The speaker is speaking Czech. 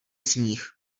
sníh